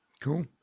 cool